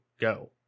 go